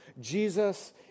Jesus